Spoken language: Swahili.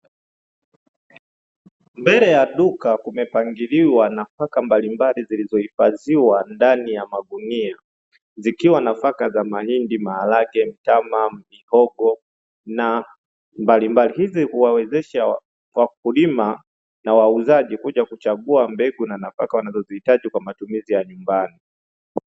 Mbele ya duka kumepangiliwa nafaka mbalimbali zilizohifadhiwa ndani ya magunia zikiwa nafaka za: mahindi, maharage, mtama, mihogo na mbalimbali. Hizi huwawezesha wakulima na wauzaji kuja kuchagua mbegu na nafaka wanazozihitaji kwa matumizi ya nyumbani.